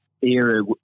era